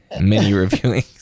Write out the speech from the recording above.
mini-reviewing